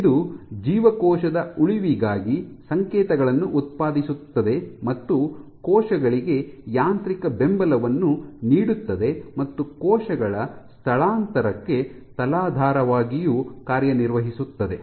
ಇದು ಜೀವಕೋಶದ ಉಳಿವಿಗಾಗಿ ಸಂಕೇತಗಳನ್ನು ಉತ್ಪಾದಿಸುತ್ತದೆ ಮತ್ತು ಕೋಶಗಳಿಗೆ ಯಾಂತ್ರಿಕ ಬೆಂಬಲವನ್ನು ನೀಡುತ್ತದೆ ಮತ್ತು ಕೋಶಗಳ ಸ್ಥಳಾಂತರಕ್ಕೆ ತಲಾಧಾರವಾಗಿಯೂ ಕಾರ್ಯನಿರ್ವಹಿಸುತ್ತದೆ